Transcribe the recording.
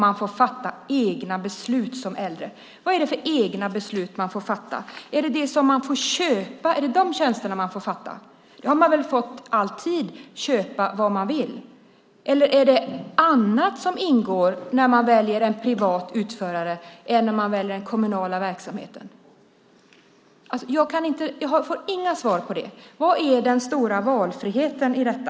Man får fatta egna beslut som äldre. Vad är det för egna beslut man får fatta? Är det att få köpa de här tjänsterna? Man har väl alltid fått köpa vad man vill. Eller är det annat som ingår när man väljer en privat utförare än när man väljer den kommunala verksamheten? Jag får inga svar på det. Vad är det stora valfriheten i detta?